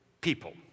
people